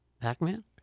Pac-Man